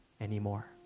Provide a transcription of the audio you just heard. anymore